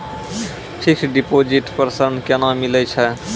Fixed deposit पर ऋण केना मिलै छै?